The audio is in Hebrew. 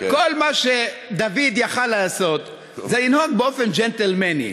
כל מה שדוד יכול היה לעשות זה לנהוג באופן ג'נטלמני.